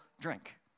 drink